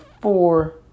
four